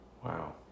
Wow